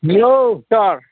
hello sir